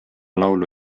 laulu